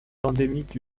endémique